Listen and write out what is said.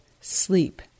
sleep